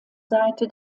seite